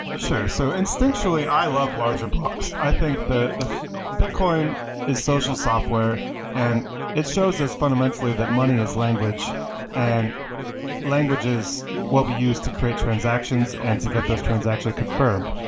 sure. so instinctually, i love larger blocks. i think bitcoin is social software and it shows this fundamentally that money is language and language is what we use to create transactions and to get those transaction confirmed.